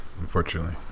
unfortunately